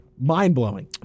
Mind-blowing